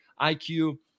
IQ